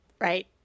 right